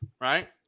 right